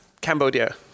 Cambodia